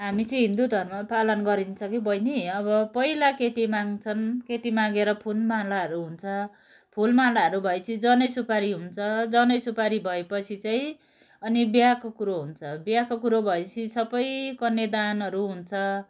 हामी चाहिँ हिन्दू धर्म पालन गरिन्छ कि बहिनी अब पहिला केटी माग्छन् केटी मागेर फुलमालाहरू हुन्छ फुलमालाहरू भइपछि जनैसुपारी हुन्छ जनै सुपारी भए पछि चाहिँ अनि बिहाको कुरो हुन्छ बिहाको कुरो भइपछि सबै कन्यादानहरू हुन्छ